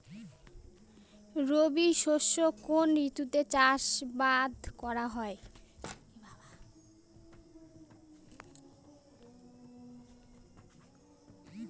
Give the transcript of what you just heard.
রবি শস্য কোন ঋতুতে চাষাবাদ করা হয়?